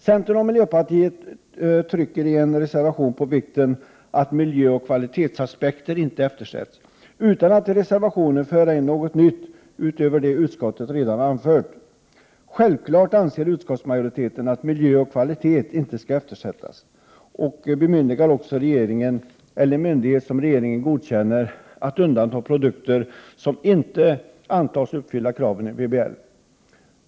Centern och miljöpartiet betonar i en reservation vikten av att miljöoch kvalitetsaspekterna inte eftersätts utan att i reservationen föra in något nytt utöver det som utskottet redan har anfört. Självfallet anser utskottsmajoriteten att kraven på miljö och kvalitet inte skall eftersättas, och man bemyndigar också regeringen, eller myndighet som regeringen godkänner, att undanta produkter som inte antas uppfylla kraven i PBL.